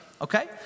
Okay